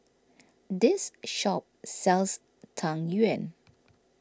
this shop sells Tang Yuen